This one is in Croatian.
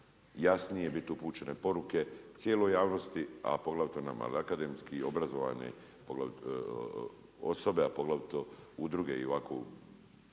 jasnije biti upućene poruke cijeloj javnosti, a poglavito nama akademski i obrazovane osobe, a poglavito udruge i ovako